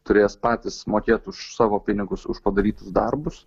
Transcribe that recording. turės patys sumokėt už savo pinigus už padarytus darbus